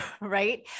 Right